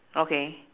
okay